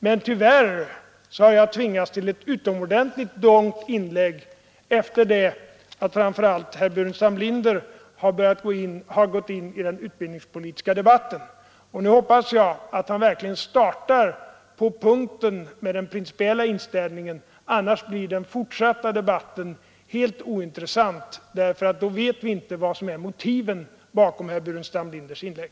Men tyvärr har jag tvingats att göra ett utomordentligt långt inlägg efter det att framför allt herr Burenstam Linder gått in i den utbildningspolitiska debatten. Nu hoppas jag att han startar nästa inlägg på punkten om den principiella inställningen, annars blir den fortsatta debatten helt ointressant — då vet vi inte vilka motiven är bakom herr Burenstam Linders inlägg.